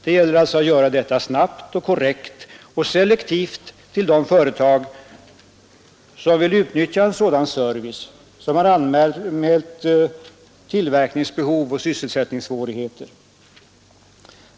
Det gäller att förmedla detta material snabbt, korrekt och selektivt till de företag som vill utnyttja en sådan service och som har anmält tillverkningsbehov och sysselsättningssvårigheter.